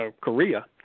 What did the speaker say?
Korea